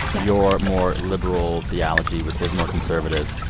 your more liberal theology with his more conservative,